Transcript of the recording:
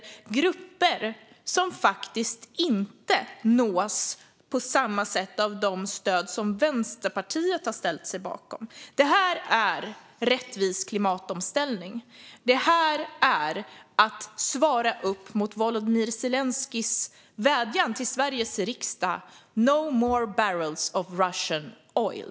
Det är grupper som faktiskt inte nås på samma sätt av de stöd som Vänsterpartiet har ställt sig bakom. Det här är rättvis klimatomställning. Det här är att svara upp mot Volodymyr Zelenskyjs vädjan till Sveriges riksdag: No more barrels of Russian oil.